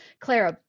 Clara